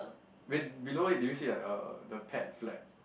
win below it do you see like a the pet flap